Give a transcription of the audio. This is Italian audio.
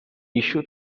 issue